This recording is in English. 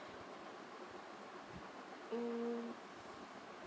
mm